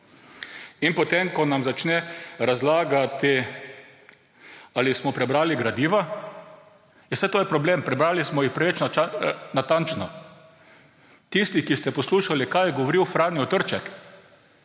in potem ko nam začne razlagati, ali smo prebrali gradiva. Ja, saj to je problem, prebrali smo jih preveč natančno. Tisti, ki ste poslušali, kaj je govoril Franjo Trček.